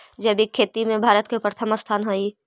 जैविक खेती में भारत के प्रथम स्थान हई